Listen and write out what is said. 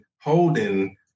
holding